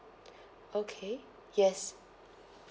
okay yes